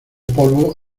polvo